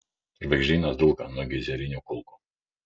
žvaigždynas dulka nuo geizerinių kulkų